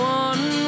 one